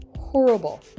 horrible